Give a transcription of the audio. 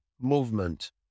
movement